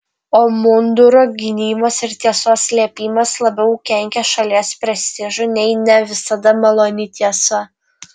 o munduro gynimas ir tiesos slėpimas labiau kenkia šalies prestižui nei ne visada maloni tiesa